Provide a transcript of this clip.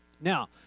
Now